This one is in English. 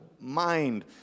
mind